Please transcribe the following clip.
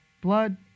blood